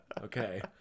Okay